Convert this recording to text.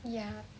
ya